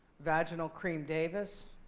vaginal cream davis.